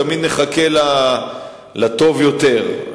תמיד נחכה לטוב יותר.